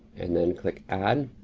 and then click add.